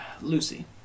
Lucy